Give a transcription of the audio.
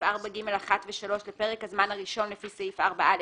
4(ג)(1) ו-(3) לפרק הזמן הראשון לפי סעיף 4(א),